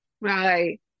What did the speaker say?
right